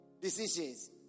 decisions